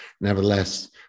nevertheless